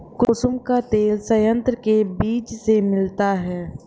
कुसुम का तेल संयंत्र के बीज से मिलता है